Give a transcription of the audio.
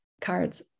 cards